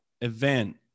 event